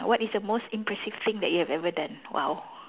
what is the most impressive thing that you have ever done !wow!